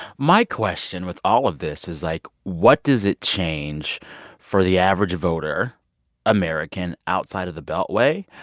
my question with all of this is, like, what does it change for the average voter american outside of the beltway?